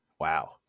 wow